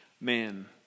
man